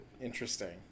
interesting